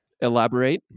elaborate